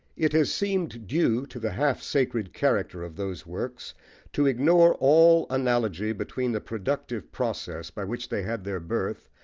it has seemed due to the half-sacred character of those works to ignore all analogy between the productive process by which they had their birth,